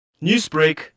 Newsbreak